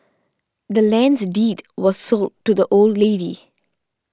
the land's deed was sold to the old lady